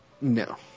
No